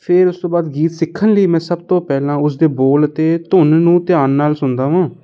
ਫਿਰ ਉਸ ਤੋਂ ਬਾਅਦ ਗੀਤ ਸਿੱਖਣ ਲਈ ਮੈਂ ਸਭ ਤੋਂ ਪਹਿਲਾਂ ਉਸਦੇ ਬੋਲ ਅਤੇ ਧੁਨ ਨੂੰ ਧਿਆਨ ਨਾਲ ਸੁਣਦਾ ਹਾਂ